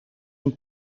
een